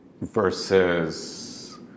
versus